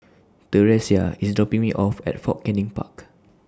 Theresia IS dropping Me off At Fort Canning Park